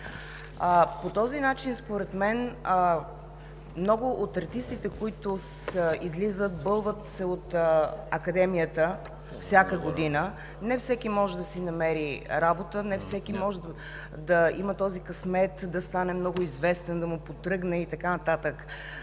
състави. Според мен много от артистите, които излизат, бълват се от Академията всяка година – не всеки може да си намери работа, не всеки може да има този късмет да стане много известен, да му потръгне и така нататък.